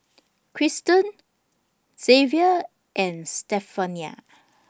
Kristen Zavier and Stephania